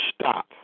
stop